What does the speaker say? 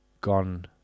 gone